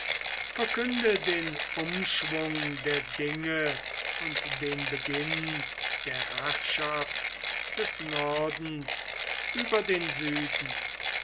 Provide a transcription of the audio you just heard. verkünde den umschwung der dinge und den beginn der herrschaft des nordens über den süden